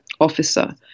officer